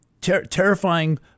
terrifying